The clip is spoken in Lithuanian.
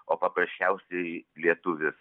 o paprasčiausiai lietuvis